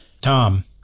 Tom